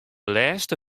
lêste